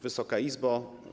Wysoka Izbo!